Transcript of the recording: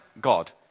God